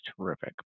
terrific